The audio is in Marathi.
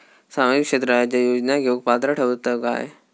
सामाजिक क्षेत्राच्या योजना घेवुक पात्र ठरतव काय?